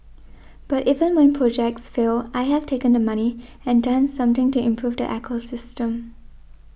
but even when projects fail I have taken the money and done something to improve the ecosystem